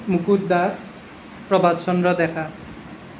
Mukut Das Prabhat Chandra Deka